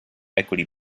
equity